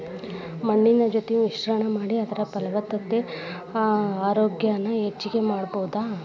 ಮಣ್ಣಿನ ಜೊತಿ ಮಿಶ್ರಣಾ ಮಾಡಿ ಅದರ ಫಲವತ್ತತೆ ಆರೋಗ್ಯಾನ ಹೆಚಗಿ ಮಾಡುದು